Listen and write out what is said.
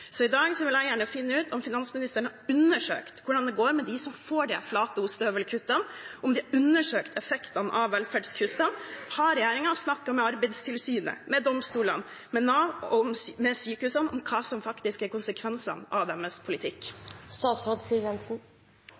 Så i dag vil jeg gjerne finne ut om finansministeren har undersøkt hvordan det går med dem som får disse flate ostehøvelkuttene, om de har undersøkt effekten av velferdskuttene. Har regjeringen snakket med Arbeidstilsynet, med domstolene, med Nav og med sykehusene om hva som faktisk er konsekvensene av